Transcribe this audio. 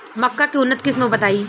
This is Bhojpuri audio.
मक्का के उन्नत किस्म बताई?